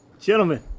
gentlemen